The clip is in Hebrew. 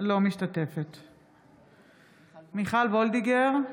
אינה משתתפת בהצבעה מיכל וולדיגר,